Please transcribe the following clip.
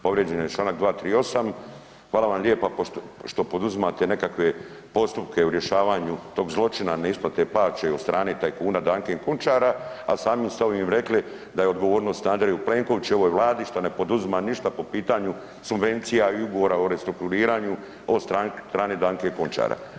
Povrijeđen je čl. 238. hvala vam lijepa što poduzimate nekakve postupke u rješavanju tog zločina neisplate plaće od strane tajkuna Danke Končara, a samim ste ovim rekli da je odgovornost na Andreju Plenkoviću i ovoj Vladi što ne poduzima ništa po pitanju subvencija i ugovora o restrukturiranju od strane Danke Končara.